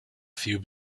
few